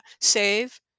save